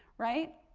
right,